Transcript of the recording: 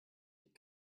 die